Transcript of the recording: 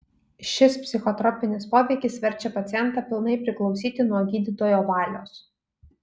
šis psichotropinis poveikis verčia pacientą pilnai priklausyti nuo gydytojo valios